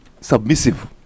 submissive